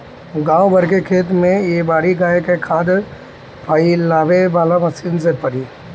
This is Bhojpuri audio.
गाँव भर के खेत में ए बारी गाय के खाद फइलावे वाला मशीन से पड़ी